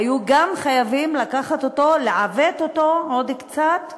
היו גם חייבים לקחת אותו, לעוות אותו עוד קצת,